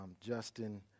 Justin